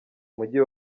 umujyi